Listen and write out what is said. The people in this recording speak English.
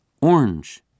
orange